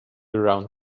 around